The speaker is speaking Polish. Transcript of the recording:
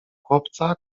chłopca